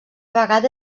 vegada